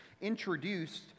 introduced